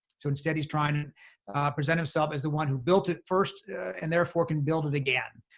so instead, he's trying to present himself as the one who built it first and therefore can build it again.